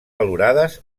valorades